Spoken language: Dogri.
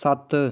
सत्त